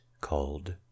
called